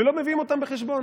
ולא מביאים אותן בחשבון.